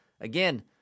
Again